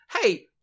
hey